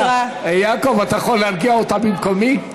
יעקב, אתה יכול להרגיע אותה במקומי?